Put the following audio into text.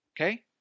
Okay